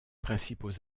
principaux